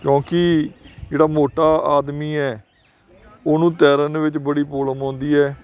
ਕਿਉਂਕਿ ਜਿਹੜਾ ਮੋਟਾ ਆਦਮੀ ਹੈ ਉਹਨੂੰ ਤੈਰਨ ਵਿੱਚ ਬੜੀ ਪ੍ਰੋਬਲਮ ਆਉਂਦੀ ਹੈ